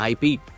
IP